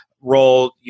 role